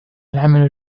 العمل